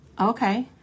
Okay